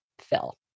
fill